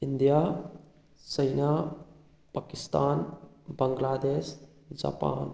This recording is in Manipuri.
India China Pakistan Bangladesh Japan